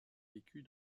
vécue